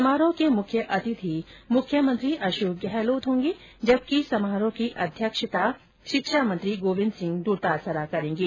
समारोह के मुख्य अतिथि मुख्यमंत्री अशोक गहलोत होंगे जबकि समारोह की अध्यक्षता शिक्षा मंत्री गोविन्द सिंह डोटासरा करेंगे